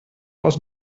was